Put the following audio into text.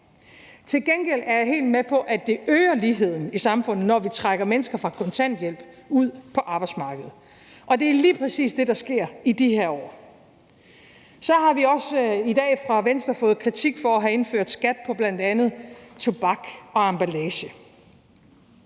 Til gengæld er jeg helt med på, at det øger ligheden i samfundet, når vi trækker mennesker fra kontanthjælp ud på arbejdsmarkedet, og det er lige præcis det, der sker i de her år. Så har vi også i dag fra Venstre fået kritik for at have indført skat på bl.a. tobak og emballage,